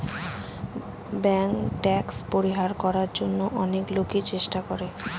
bank tax পরিহার করার জন্য অনেক লোকই চেষ্টা করে